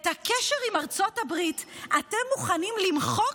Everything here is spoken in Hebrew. את הקשר עם ארצות הברית אתם מוכנים למחוק